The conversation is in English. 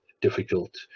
difficult